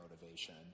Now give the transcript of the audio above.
motivation